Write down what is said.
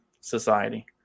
society